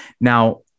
Now